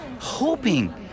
Hoping